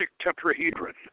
tetrahedron